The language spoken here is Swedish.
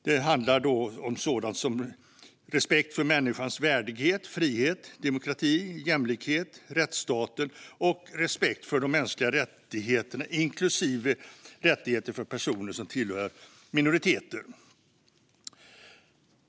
Det handlar om sådant som respekt för människans värdighet, frihet, demokrati, jämlikhet, rättsstaten och respekt för de mänskliga rättigheterna, inklusive rättigheter för personer som tillhör minoriteter.